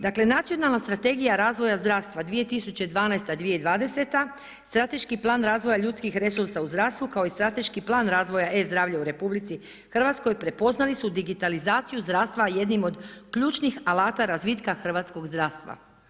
Dakle nacionalna Strategija razvoja zdravstva 2012.-2020., Strateški plan razvoja ljudskih resursa u zdravstvu kao i Strateški plan razvoja e-zdravlja u RH prepoznali su digitalizaciju zdravstva jednim od ključnih alata razvita hrvatskog zdravstva.